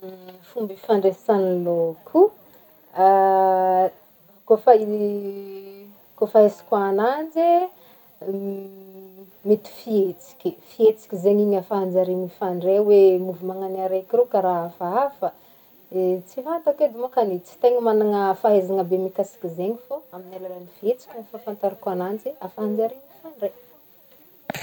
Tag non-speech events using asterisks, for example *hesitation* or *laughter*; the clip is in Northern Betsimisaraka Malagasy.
Ny fomba ifandraisan'ny samy lôko, *hesitation* kaofa- kaofahaiziko ananjy mety fihetsika e- fihetsiky zegny ahafahanjare mifandray hoe mouvement-nan'ny araiky rô karaha hafahafa, tsy fantako edy lokany, tsy tegna managna fahaizana be mikasiky zegny fô amin'ny alalan'ny fehitsiky ny fahafantarako ananjy ahafahanjare mifandray.